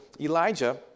Elijah